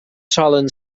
solen